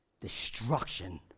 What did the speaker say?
destruction